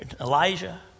Elijah